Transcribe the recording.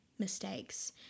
mistakes